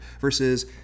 Versus